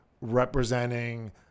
representing